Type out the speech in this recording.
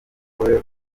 umugore